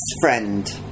friend